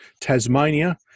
Tasmania